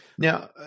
Now